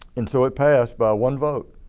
and so it passed by one vote.